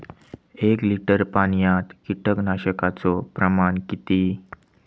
एक लिटर पाणयात कीटकनाशकाचो प्रमाण किती?